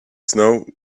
snow